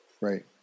Right